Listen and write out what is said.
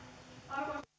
arvoisa